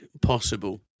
possible